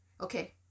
Okay